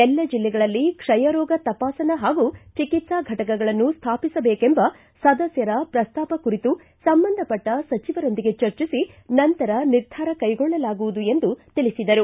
ಎಲ್ಲ ಜಿಲ್ಲೆಗಳಲ್ಲಿ ಕ್ಷಯ ರೋಗ ತಪಾಸಣಾ ಹಾಗೂ ಚಿಕಿತ್ಸಾ ಘಟಕಗಳನ್ನು ಸ್ಥಾಪಿಸಬೇಕೆಂಬ ಸದಸ್ಯರ ಪ್ರಸ್ತಾಪ ಕುರಿತು ಸಂಬಂಧಪಟ್ಟ ಸಚಿವರೊಂದಿಗೆ ಚರ್ಚಿಸಿ ನಂತರ ನಿರ್ಧಾರ ಕೈಗೊಳ್ಳಲಾಗುವುದು ಎಂದು ತಿಳಿಸಿದರು